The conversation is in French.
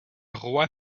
roi